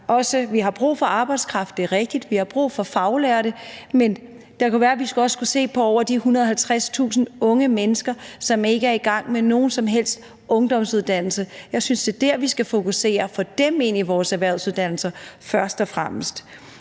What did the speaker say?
Vi har brug for arbejdskraft – det er rigtigt – og vi har brug for faglærte, men det kunne være, at vi også skulle se på de over 150.000 unge mennesker, som ikke er i gang med nogen som helst ungdomsuddannelse. Jeg synes, det er der, vi skal fokusere, altså på at få dem ind på vores erhvervsuddannelser først og fremmest.